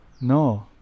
No